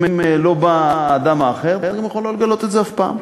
אם לא בא האדם האחר אתה גם יכול שלא לגלות את זה אף פעם.